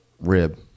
rib